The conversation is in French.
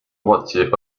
droitier